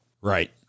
Right